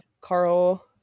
Carl